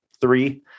three